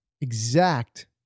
exact